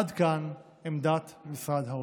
עד כאן עמדת משרד האוצר.